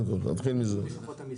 איגוד לשכות המסחר.